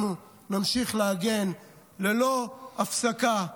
אנחנו נמשיך להגן ללא הפסקה,